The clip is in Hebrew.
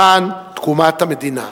למען תקומת המדינה.